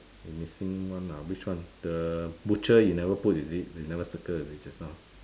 we missing one ah which one the butcher you never put is it you never circle is it just now